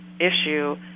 issue